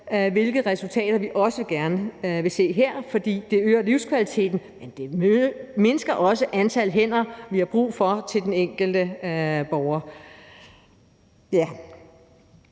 hvilket er resultater, vi også gerne vil se her, fordi det øger livskvaliteten, men det også mindsker antallet af hænder, vi har brug for til den enkelte borger.